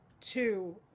two